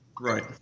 Right